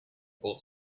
bought